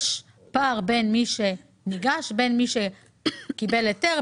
יש פער בין מי שניגש וקיבל היתר,